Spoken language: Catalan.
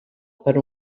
per